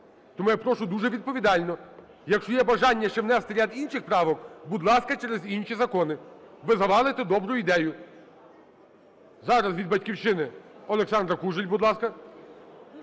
Тому я прошу дуже відповідально, якщо є бажання ще ввести ряд інших правок, будь ласка, через інші закони. Ви завалите добру ідею. Зараз від "Батьківщини" Олександра Кужель, будь ласка.